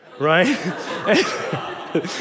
right